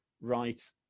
right